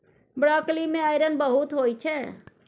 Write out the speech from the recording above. broccoli मे iron बहुत होइ छै